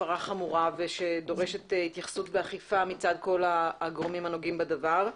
הפרה חמורה שדורשת התייחסות ואכיפה מצד כל הגורמים הנוגעים בדבר.